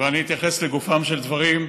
אני אתייחס לגופם של דברים: